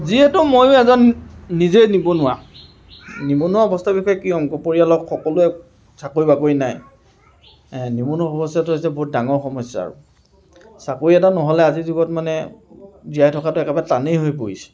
যিহেতু ময়ো এজন নিজে নিবনুৱা নিবনুৱা অৱস্থাৰ বিষয়ে কি ক'ম পৰিয়ালত সকলোৰে চাকৰি বাকৰি নাই নিবনুৱা সমস্যাটো হৈছে বৰ ডাঙৰ সমস্যা আৰু চাকৰি এটা নহ'লে আজিৰ যুগত মানে জীয়াই থকাটো একেবাৰে টানেই হৈ পৰিছে